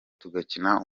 tugakina